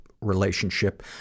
relationship